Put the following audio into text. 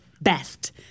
best